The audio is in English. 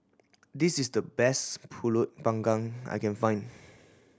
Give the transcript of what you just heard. this is the best Pulut Panggang I can find